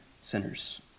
sinners